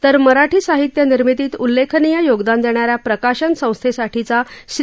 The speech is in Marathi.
तर मराठी साहित्य निर्मितीत उल्लेखनीय योगदान देणाऱ्या प्रकाशन संस्थेसाठीचा श्री